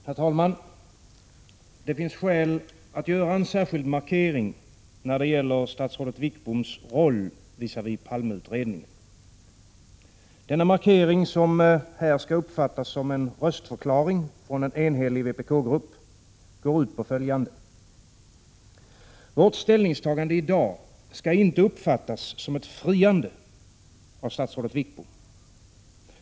Herr talman! Det finns skäl att göra en särskild markering när det gäller statsrådet Wickboms roll visavi Palmeutredningen. Denna markering, som här skall uppfattas som en röstförklaring från en enhällig vpk-grupp, går ut på följande. Vårt ställningstagande i dag skall inte uppfattas som ett friande av statsrådet Wickbom.